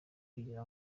kugira